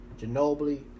Ginobili